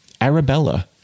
Arabella